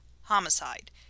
homicide